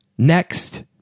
Next